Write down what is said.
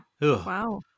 Wow